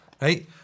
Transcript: Right